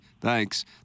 Thanks